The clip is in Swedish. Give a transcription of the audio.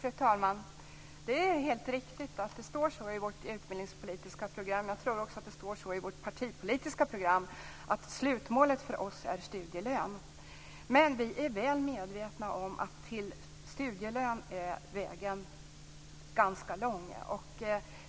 Fru talman! Det är helt riktigt att det står så i vårt utbildningspolitiska program. Jag tror att det också i vårt partipolitiska program står att slutmålet för oss är studielön. Vi är dock väl medvetna om att vägen fram till studielön är ganska lång.